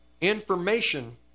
information